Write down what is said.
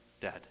dead